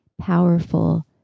powerful